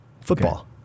football